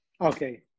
Okay